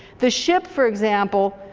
the ship for example,